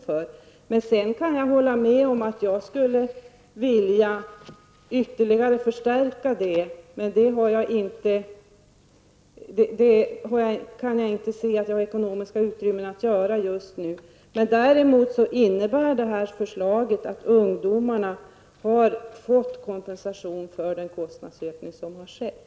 Jag kan också medge att jag skulle vilja förstärka stödet ytterligare, men jag kan inte se att vi har ekonomiskt utrymme för det. Däremot innebär det här förslaget att ungdomarna har fått kompensation för den kostnadsökning som har skett.